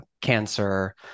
cancer